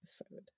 episode